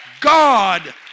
God